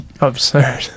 absurd